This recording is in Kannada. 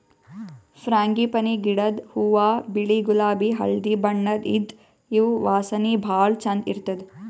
ಫ್ರಾಂಗಿಪನಿ ಗಿಡದ್ ಹೂವಾ ಬಿಳಿ ಗುಲಾಬಿ ಹಳ್ದಿ ಬಣ್ಣದ್ ಇದ್ದ್ ಇವ್ ವಾಸನಿ ಭಾಳ್ ಛಂದ್ ಇರ್ತದ್